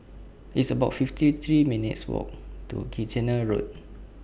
It's about fifty three minutes' Walk to Kitchener Road